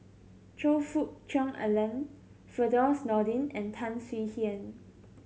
Choe Fook Cheong Alan Firdaus Nordin and Tan Swie Hian